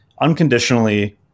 unconditionally